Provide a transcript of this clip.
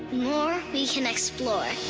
more, we can explore